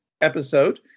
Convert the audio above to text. episode